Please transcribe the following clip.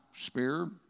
spear